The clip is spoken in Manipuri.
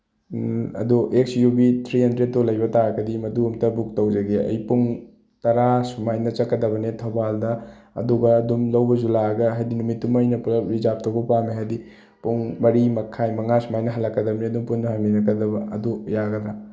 ꯑꯗꯣ ꯑꯦꯛꯁ ꯌꯨ ꯚꯤ ꯊ꯭ꯔꯤ ꯍꯟꯗ꯭ꯔꯦꯠꯇꯣ ꯂꯩꯕ ꯇꯥꯔꯒꯗꯤ ꯃꯗꯨ ꯑꯃꯇ ꯕꯨꯛ ꯇꯧꯖꯒꯦ ꯑꯩ ꯄꯨꯡ ꯇꯔꯥ ꯁꯨꯃꯥꯏꯅ ꯆꯠꯀꯗꯕꯅꯦ ꯊꯧꯕꯥꯜꯗ ꯑꯗꯨꯒ ꯑꯗꯨꯝ ꯂꯧꯕꯁꯨ ꯂꯥꯛꯑꯒ ꯍꯥꯏꯗꯤ ꯅꯨꯃꯤꯠꯇꯨ ꯑꯃ ꯑꯩꯅ ꯔꯤꯖꯥꯞ ꯇꯧꯕ ꯄꯥꯝꯃꯦ ꯍꯥꯏꯗꯤ ꯄꯨꯡ ꯃꯔꯤꯃꯈꯥꯏ ꯃꯉꯥ ꯁꯨꯃꯥꯏꯅ ꯍꯜꯂꯛꯀꯗꯕꯅꯤꯅ ꯄꯨꯟꯅ ꯍꯟꯃꯤꯟꯅꯔꯛꯀꯗꯕ ꯑꯗꯨ ꯌꯥꯒꯗ꯭ꯔꯥ